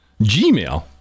Gmail